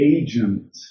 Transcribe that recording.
agent